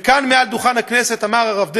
וכאן, מעל דוכן הכנסת, אמר הרב דרעי: